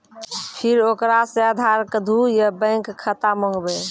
फिर ओकरा से आधार कद्दू या बैंक खाता माँगबै?